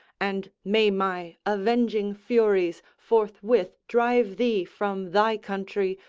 and may my avenging furies forthwith drive thee from thy country,